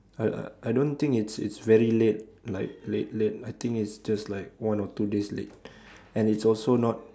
I I don't think it's it's very late like late late I think it's just like one or two days late and it's also not